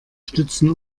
stützen